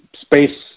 space